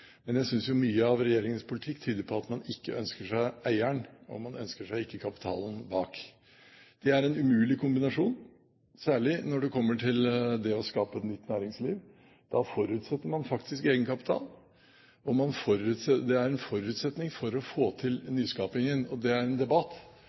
Men jeg synes mye av regjeringens politikk tyder på at man ikke ønsker seg eieren, og man ønsker seg ikke kapitalen bak. Det er en umulig kombinasjon, særlig når det kommer til det å skape et nytt næringsliv. Da forutsetter man faktisk egenkapital. Det er en forutsetning for å få til